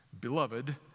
Beloved